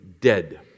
dead